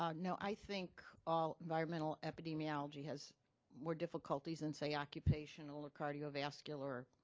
um no. i think all environmental epidemiology has more difficulties than, say, occupational or cardiovascular.